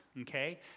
okay